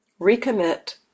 recommit